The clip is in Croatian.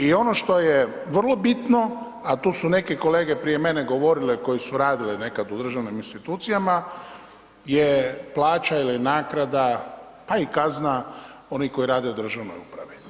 I ono što je vrlo bitno, a tu su neki kolege prije mene govorile koji su radile nekad u državnim institucijama je plaća ili nagrada, pa i kazna onih koji rade u državnoj upravi.